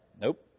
Nope